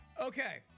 Okay